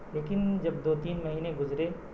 لیکن جب دو تین مہینے گزرے